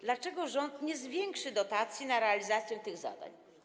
Dlaczego rząd nie zwiększy dotacji na realizację tych zadań?